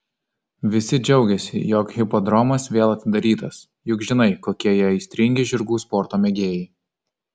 visi džiaugiasi jog hipodromas vėl atidarytas juk žinai kokie jie aistringi žirgų sporto mėgėjai